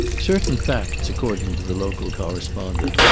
certain facts, according to the local correspondent,